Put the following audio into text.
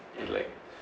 it like